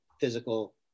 physical